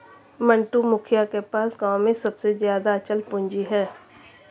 मंटू, मुखिया के पास गांव में सबसे ज्यादा अचल पूंजी है